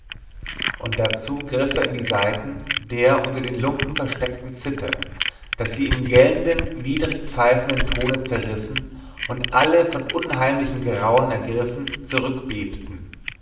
und dazu griff er in die saiten der unter den lumpen versteckten zither daß sie im gellenden widrig pfeifenden tone zerrissen und alle von unheimlichem grauen ergriffen